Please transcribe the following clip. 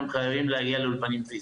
הם חייבים להגיע לאולפנים פיזיים,